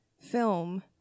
film